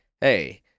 Hey